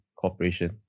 corporation